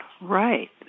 Right